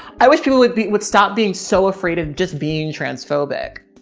i wish people would be, would stop being so afraid of just being transphobic.